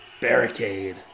Barricade